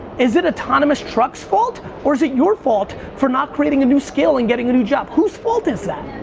is it autonomous trucks' fault, or is it your fault for not creating a new skill and getting a new job? whose fault is that?